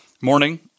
morning